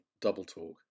double-talk